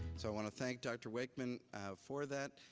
so i want to thank dr. wakeman for that.